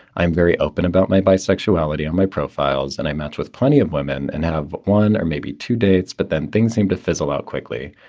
i'm very open about my bisexuality on my profiles and i matched with plenty of women and i have one or maybe two dates. but then things seem to fizzle out quickly.